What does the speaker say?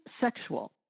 sexual